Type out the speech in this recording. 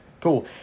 cool